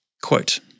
Quote